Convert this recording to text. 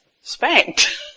spanked